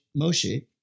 Moshe